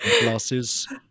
glasses